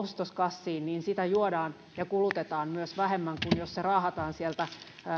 ostoskassiin niin sitä juodaan ja kulutetaan myös vähemmän kuin jos se raahataan sieltä